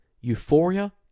euphoria